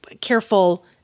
careful